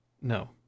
No